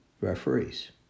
referees